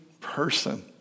person